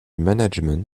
management